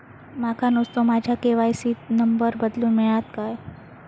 माका नुस्तो माझ्या के.वाय.सी त नंबर बदलून मिलात काय?